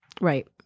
Right